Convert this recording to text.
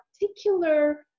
particular